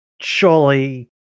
Surely